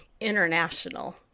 International